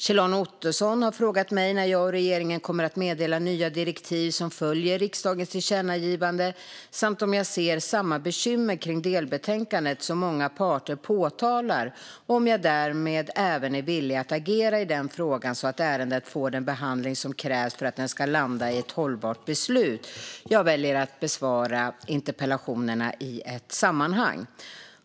Kjell-Arne Ottosson har frågat mig när jag och regeringen kommer att meddela nya direktiv som följer riksdagens tillkännagivande samt om jag ser samma bekymmer kring delbetänkandet som många parter påtalar och om jag därmed även är villig att agera i den frågan så att ärendet får den behandling som krävs för att det ska landa i ett hållbart beslut. Jag väljer att besvara interpellationerna i ett sammanhang.